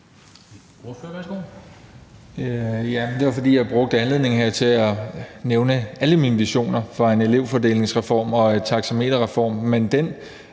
Mark (SF): Jeg brugte anledningen her til at nævne alle mine visioner for en elevfordelingsreform og en taxameterreform,